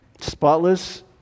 spotless